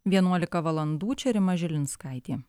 vienuolika valandų čia rima žilinskaitė